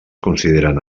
consideren